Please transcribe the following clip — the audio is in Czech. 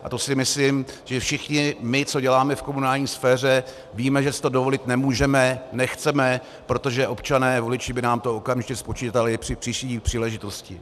A to si myslím, že všichni my, co děláme v komunální sféře, víme, že si to dovolit nemůžeme, nechceme, protože občané voliči by nám to okamžitě spočítali při příští příležitosti.